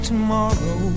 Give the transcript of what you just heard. Tomorrow